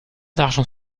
d’argent